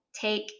take